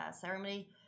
ceremony